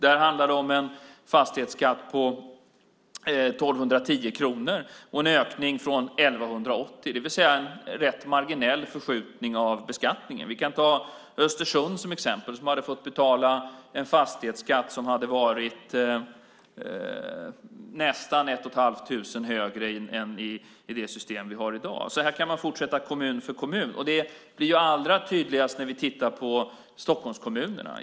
Där handlar det om en fastighetsskatt på 1 210 kronor, en ökning från 1 180, det vill säga en rätt marginell förskjutning av beskattningen. Vi kan ta Östersund som exempel som hade fått betala en fastighetsskatt som hade varit nästan 1 500 kronor högre än med det system som vi har i dag. Så här kan vi fortsätta från kommun till kommun. Det är allra tydligast i Stockholmskommunerna.